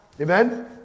Amen